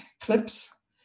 clips